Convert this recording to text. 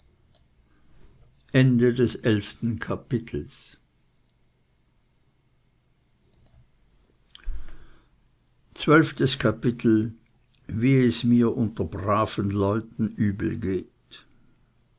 wie es mir unter braven leuten übel geht